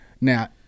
Now